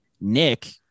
nick